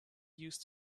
used